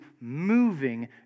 moving